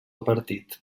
partit